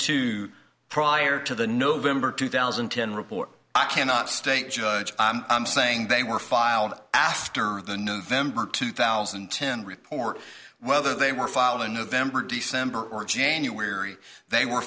two prior to the november two thousand and ten report i cannot state judge saying they were filed after the november two thousand and ten report whether they were filed in november december or january they were